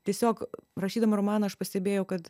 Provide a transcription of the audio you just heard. tiesiog rašydama romaną aš pastebėjau kad